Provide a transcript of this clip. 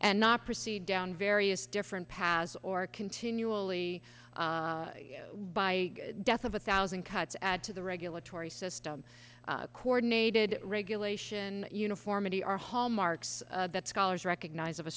and not proceed down various different paths or continually by death of a thousand cuts add to the regulatory system coordinated regulation uniformity are hallmarks that scholars recognize of a